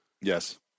Yes